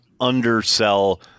undersell